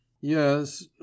—'Yes